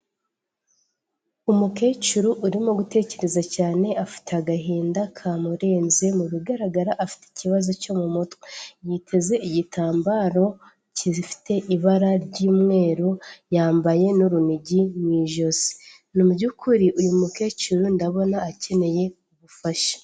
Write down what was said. Umukecuru urimo gutekereza cyane afite agahinda kamurenze, mu bigaragara afite ikibazo cyo mu mutwe, yiteze igitambaro gifite ibara ry'umweru, yambaye n'urunigi mu ijosi, mu by'ukuri, uyu mukecuru ndabona akeneye ubufasha.